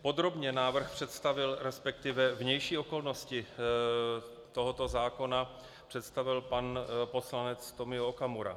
Podrobně návrh představil, resp. vnější okolnosti tohoto zákona, pan poslanec Tomio Okamura.